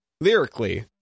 lyrically